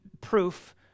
proof